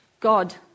God